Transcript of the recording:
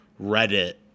Reddit